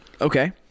okay